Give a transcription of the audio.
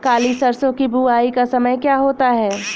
काली सरसो की बुवाई का समय क्या होता है?